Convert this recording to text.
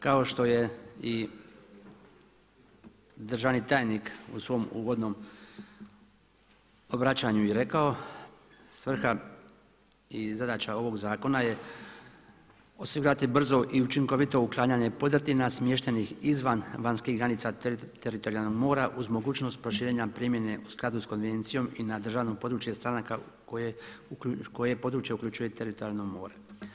Kao što je i državni tajnik u svom uvodnom obraćanju i rekao, svrha i zadaća ovog zakona je osigurati brzo i učinkovito uklanjanje podrtina smještenih izvan vanjskih granica teritorijalnog mora uz mogućnost proširenja primjene u skladu s konvencijom i na državno područje stranaka koje područje uključuje teritorijalno more.